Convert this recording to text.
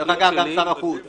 גם שר החוץ